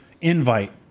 invite